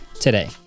today